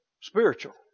spiritual